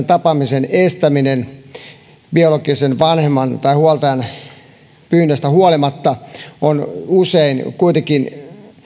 tapaamisen estäminen biologisen vanhemman tai huoltajan pyynnöistä huolimatta on usein kuitenkin